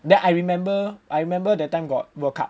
then I remember I remember that time got world cup